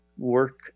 work